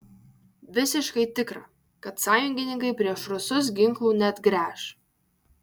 visiškai tikra kad sąjungininkai prieš rusus ginklų neatgręš